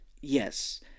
Yes